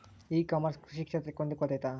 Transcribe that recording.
E commerce ಕೃಷಿ ಕ್ಷೇತ್ರಕ್ಕೆ ಹೊಂದಿಕೊಳ್ತೈತಾ?